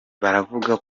baravuga